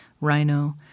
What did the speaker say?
Rhino